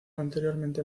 anteriormente